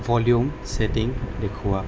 volume setting দেখুওঁৱা